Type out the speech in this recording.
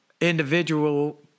individual